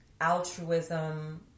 altruism